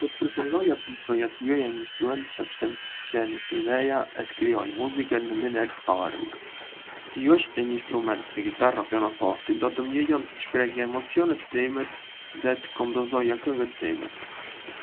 Do të preferoja të mësoja të luaja në një instrument sepse më pëlqen ideja e të krijoj muzikë në mënyrë të pavarur. Të luash në një instrument si gitara o pianoforti do të më lejonte të shprehja emocionet të imet dhe të kompozoja këngët të imet.